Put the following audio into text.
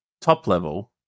top-level